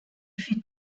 fut